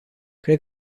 cred